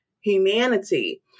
humanity